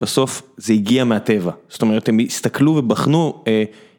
בסוף זה הגיע מהטבע, זאת אומרת, הם הסתכלו ובחנו.